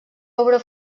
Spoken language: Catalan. obra